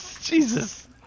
Jesus